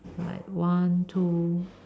like one two